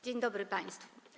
Dzień dobry państwu.